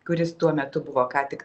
kuris tuo metu buvo ką tik